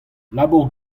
labour